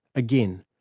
again,